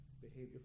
Behavior